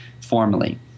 formally